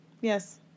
yes